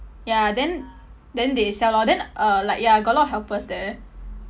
ya then then they sell lor then uh like ya got a lot of helpers there